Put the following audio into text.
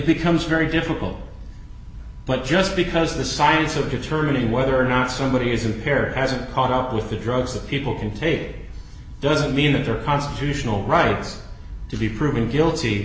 becomes very difficult but just because the science of determining whether or not somebody is impaired hasn't caught up with the drugs that people can take doesn't mean that are constitutional rights to be proven guilty